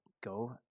go